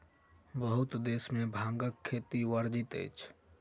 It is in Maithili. बहुत देश में भांगक खेती वर्जित अछि